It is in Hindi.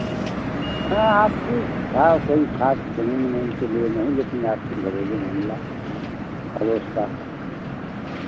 हाँ आपसी था और कोई ख़ास जमीन ओमीन के लिए नहीं लेकिन आपसी घरेलू मामला पड़ोस का